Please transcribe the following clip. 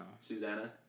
Susanna